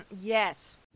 Yes